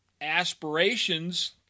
aspirations